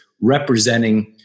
representing